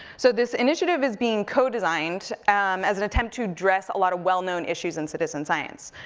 so this initiative is being co-designed um as an attempt to address a lot of well-known issues in citizen science.